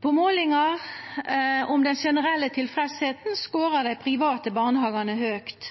På målingar om generell tilfredsheit skårar dei private barnehagane høgt.